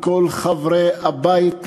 של כל חברי הבית,